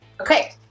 Okay